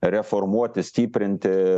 reformuoti stiprinti